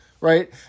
right